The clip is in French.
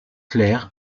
clair